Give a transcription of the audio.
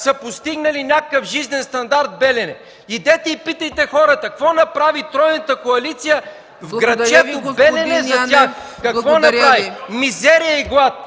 са постигнали някакъв жизнен стандарт в Белене! Идете и питайте хората какво направи тройната коалиция в градчето Белене за тях! Какво направи? Мизерия и глад!